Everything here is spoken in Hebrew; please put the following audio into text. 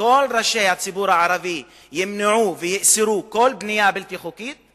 כל ראשי הציבור הערבי ימנעו ויאסרו כל בנייה בלתי חוקית,